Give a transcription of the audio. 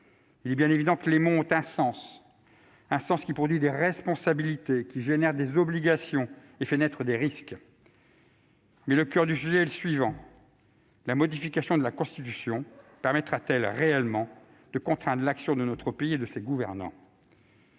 Il est bien évident que les mots ont un sens, lequel produit des responsabilités, engendre des obligations et fait naître des risques. Mais le coeur du sujet est le suivant : la modification de la Constitution permettra-t-elle réellement de contraindre l'action de notre pays et de ses gouvernants ?